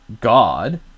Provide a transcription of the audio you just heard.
God